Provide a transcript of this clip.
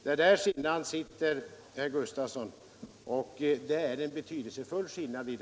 Detta är skillnaden, herr Gustafsson, och det är en betydelsefull skillnad.